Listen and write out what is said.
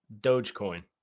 Dogecoin